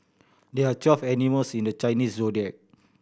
there are twelve animals in the Chinese Zodiac